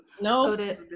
no